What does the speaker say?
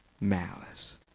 malice